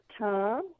Tom